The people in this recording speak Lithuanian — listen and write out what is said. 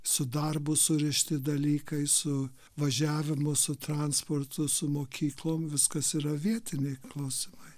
su darbu surišti dalykai su važiavimu su transportu su mokyklom viskas yra vietiniai klausimai